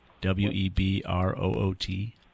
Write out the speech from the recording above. W-E-B-R-O-O-T